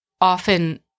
often